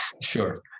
sure